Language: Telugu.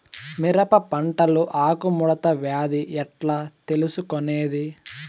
మిరప పంటలో ఆకు ముడత వ్యాధి ఎట్లా తెలుసుకొనేది?